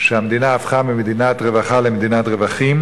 שהמדינה הפכה ממדינת רווחה למדינת רווחים,